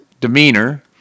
demeanor